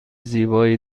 زیبایی